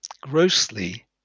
grossly